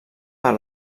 per